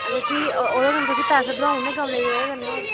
आ ते फी ओह्दे कन्ने तुसें पैसे बदाऊ उड़ने कमरे दी बजह कन्नै होर